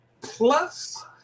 plus